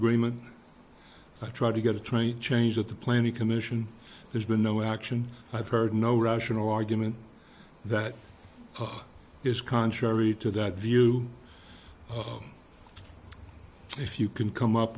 agreement i tried to get a train change at the planning commission there's been no action i've heard no rational argument that is contrary to that view if you can come up